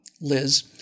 Liz